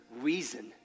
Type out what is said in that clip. reason